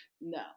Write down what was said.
No